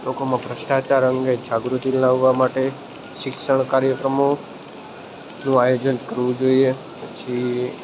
લોકોમાં ભ્રષ્ટાચાર અંગે જાગૃતિ લાવવા માટે શિક્ષણ કાર્યક્રમોનું આયોજન કરવું જોઈએ પછી